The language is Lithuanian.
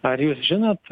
ar jūs žinot